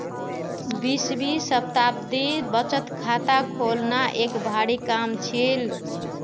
बीसवीं शताब्दीत बचत खाता खोलना एक भारी काम छील